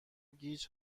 گیج